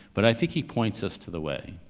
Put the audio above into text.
but i think he points us to the way.